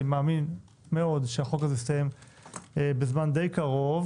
אני מאוד מאמין שהחוק הזה יסתיים בזמן די קרוב,